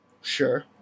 sure